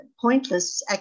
pointless